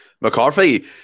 McCarthy